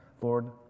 Lord